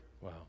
wow